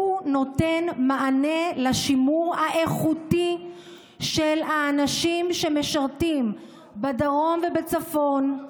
הוא נותן מענה לשימור האיכותי של האנשים שמשרתים בדרום ובצפון,